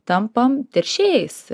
tampam teršėjais